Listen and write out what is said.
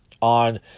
on